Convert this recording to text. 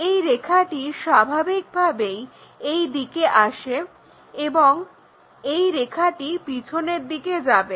এই রেখাটি স্বাভাবিকভাবেই এই দিকে আসে এবং এই রেখাটি পিছনের দিকে যাবে